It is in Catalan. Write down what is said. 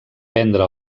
prendre